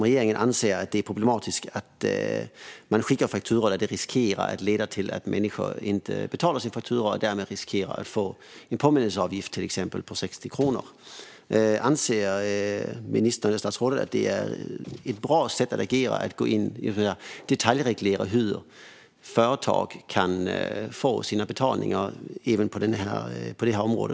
Regeringen anser att det är problematiskt att fakturor skickas och att det riskerar att leda till att människor inte betalar och därmed riskerar att få en påminnelseavgift på till exempel 60 kronor. Anser ministern att det är bra att gå in och detaljreglera hur företag kan få sina betalningar på detta område?